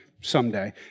someday